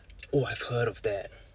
oh I've heard of that